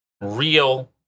real